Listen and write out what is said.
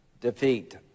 defeat